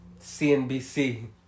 CNBC